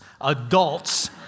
adults